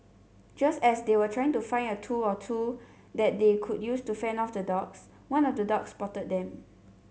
just as they were trying to find a tool or two that they could use to fend off the dogs one of the dogs spotted them